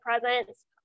presence